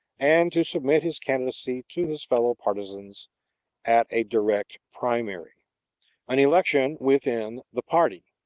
and to submit his candidacy to his fellow partisans at a direct primary an election within the party.